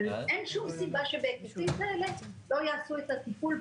אבל אין שום סיבה שבהיקפים כאלה לא יעשו את הטיפול.